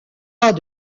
pas